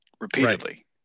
repeatedly